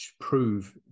prove